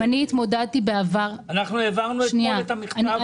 אם אני התמודדתי בעבר --- העברנו אתמול את המכתב --- שנייה,